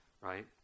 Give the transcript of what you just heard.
right